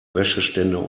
wäscheständer